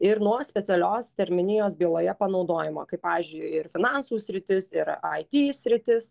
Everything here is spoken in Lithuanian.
ir nuo specialios terminijos byloje panaudojimo kaip pavyzdžiui ir finansų sritis yra ai ti sritis